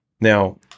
Now